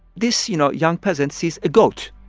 this, you know, young peasant sees a goat,